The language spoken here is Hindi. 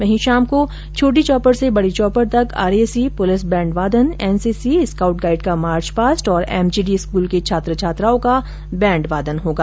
वहीं शाम को छोटी चौपड़ से बड़ी चौपड़ तक आरएसी पुलिस बैण्ड वादन एनसीसी स्कॉउट गाईड का मार्चपास्ट और एमजीडी स्कूल के छात्र छात्राओं का बैण्ड वादन होगा